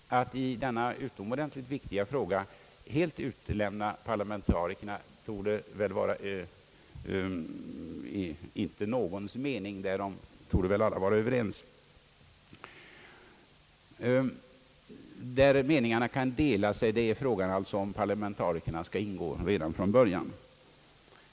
Att i denna utomordentligt viktiga fråga helt utelämna parlamentarikerna torde inte vara någons mening, därom är vi väl alla överens. Den punkt beträffande vilken meningarna kan vara delade gäller således om parlamentarikerna skall ingå i utredningen redan från början.